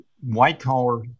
white-collar